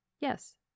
Yes